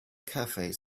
cafe